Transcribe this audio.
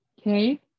Okay